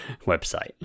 website